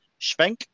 Schwenk